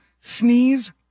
sneeze